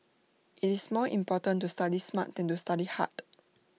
IT is more important to study smart than to study hard